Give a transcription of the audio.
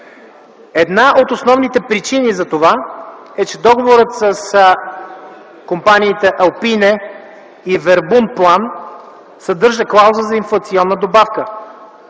Една от основните причини за това е, че договорът с компаниите Alpine и Verbundplan съдържа клауза за инфлационна добавка.